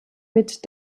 mit